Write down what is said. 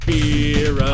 Fear